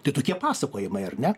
tai tokie pasakojimai ar ne